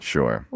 Sure